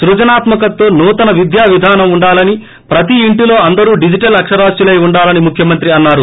స్పజనాత్మకతతో నూతన విద్య విధానం వుండాలని ప్రతి ఇంటిలో అందరూ డిజిటల్ అక్షరాస్యులై వుండాలని ముఖ్యమంత్రి అన్సారు